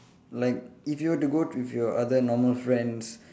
like if you were to go with your other normal friends